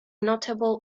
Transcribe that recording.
notable